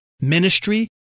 ministry